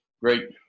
great